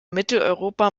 mitteleuropa